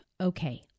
Okay